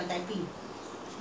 same lah